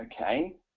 okay